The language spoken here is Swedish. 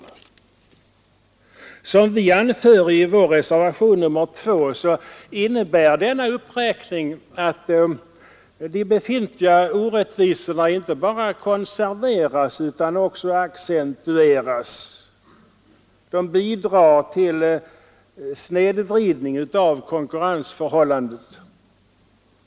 Såsom vi anför i reservationen 2 innebär denna uppräkning att de befintliga orättvisorna inte bara konserveras utan också accentueras. Uppräkningen bidrar till en snedvridning av konkurrensförhållandet.